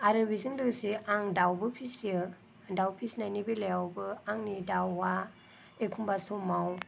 आरो बेजों लोगोसे आं दाउबो फिसियो दाउ फिसिनायनि बेलायावबो आंनि दाउआ एखमब्ला समाव